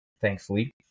thankfully